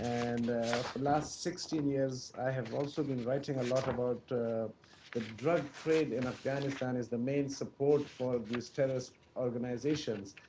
and last sixteen years, i have also been writing a lot about the drug trade in afghanistan as the main support for these terrorist organizations.